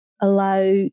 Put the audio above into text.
allow